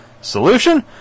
Solution